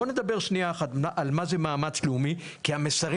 בוא נדבר שנייה אחת על מה זה מאמץ לאומי כי המסרים